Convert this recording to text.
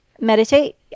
meditate